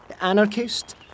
Anarchist